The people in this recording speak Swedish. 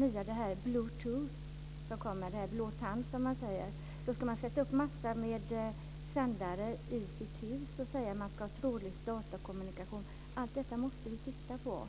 vidare blue tooth, den nya s.k. blåtandstekniken, som går ut på att man sätter upp en mängd sändare i husen för trådlös datakommunikation. Detta är något som vi måste titta på.